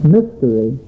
mystery